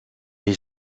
est